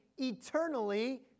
eternally